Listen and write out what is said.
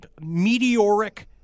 meteoric